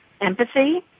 empathy